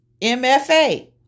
MFA